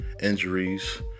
injuries